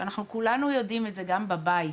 שאנחנו כולם יודעים את זה, גם בבית,